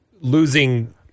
losing